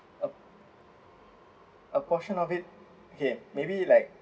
a a portion of it okay maybe like